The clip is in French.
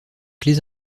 clés